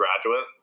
graduate